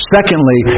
Secondly